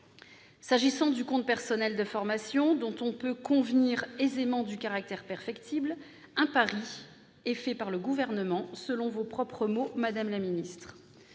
S'agissant du compte personnel de formation, dont on peut convenir aisément du caractère perfectible, un « pari » est fait par le Gouvernement, selon vos propres mots, madame la ministre.